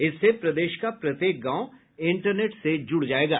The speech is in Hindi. इससे प्रदेश का प्रत्येक गांव इंटरनेट से जुड़ जायेगा